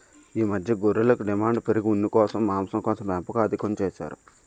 ఈ మధ్య గొర్రెలకు డిమాండు పెరిగి ఉన్నికోసం, మాంసంకోసం పెంపకం అధికం చేసారు